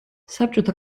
საბჭოთა